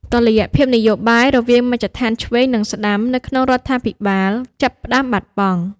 តុល្យភាពនយោបាយរវាងមជ្ឈដ្ឋានឆ្វេង និងស្តាំនៅក្នុងរដ្ឋាភិបាលចាប់ផ្តើមបាត់បង់។